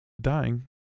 dying